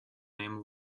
name